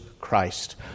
Christ